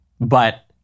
But-